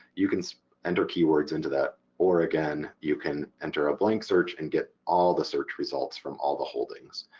you can enter keywords into that or again you can enter a blank search and get all the search results from all the holdings.